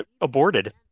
aborted